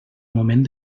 moment